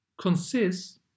consists